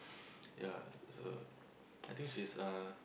yeah so I think she's uh